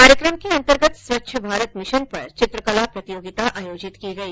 कार्यक्रम के अंतर्गत स्वच्छ भारत मिशन पर चित्रकला प्रतियोगिता आयोजित की गई